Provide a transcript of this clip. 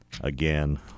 again